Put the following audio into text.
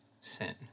sin